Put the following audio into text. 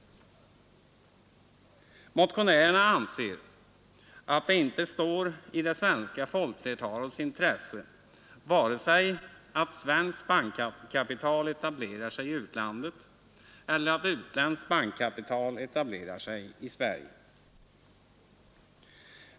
Motionärerna anser att det inte är i det svenska folkflertalets intresse vare sig att svenskt bankkapital etablerar sig i utlandet eller att utländskt bankkapital etablerar sig i Sverige.